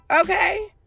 Okay